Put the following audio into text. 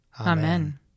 Amen